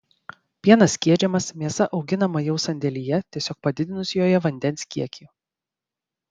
pienas skiedžiamas mėsa auginama jau sandėlyje tiesiog padidinus joje vandens kiekį